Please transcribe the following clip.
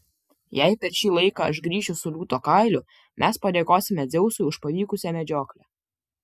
jei per šį laiką aš grįšiu su liūto kailiu mes padėkosime dzeusui už pavykusią medžioklę